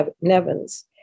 Nevins